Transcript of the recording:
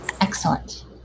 excellent